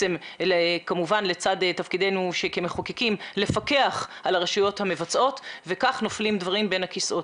- לצד תפקידנו כמחוקקים - וכך נופלים דברים בין הכיסאות.